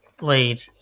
lead